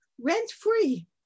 rent-free